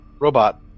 Robot